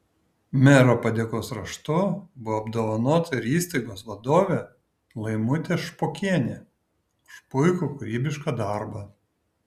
mero padėkos raštu buvo apdovanota ir įstaigos vadovė laimutė špokienė už puikų kūrybišką darbą